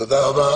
תודה רבה.